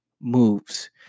moves